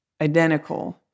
identical